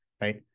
right